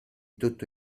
tutto